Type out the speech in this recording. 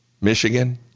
Michigan